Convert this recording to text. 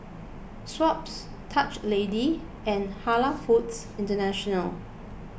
Schweppes Dutch Lady and Halal Foods International